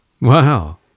Wow